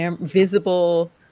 visible